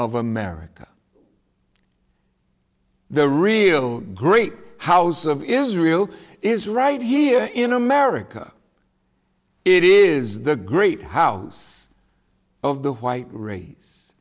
of america the real great house of israel is right here in america it is the great house of the white ra